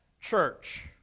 church